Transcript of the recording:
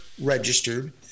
registered